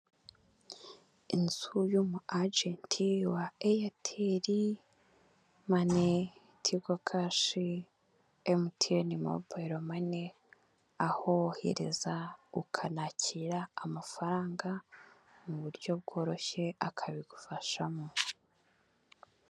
Inzu y'umu agjnti wa Eyateri mani, Tigo kashi, MTN mobayiro mani, aho wohereza, ukanakira amafaranga mu buryo bworoshye akabigufashamo.